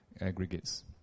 aggregates